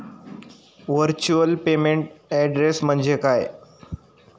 Virtual payment address म्हणजे काय?